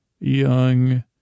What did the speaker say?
young